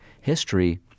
history